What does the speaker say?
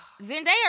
Zendaya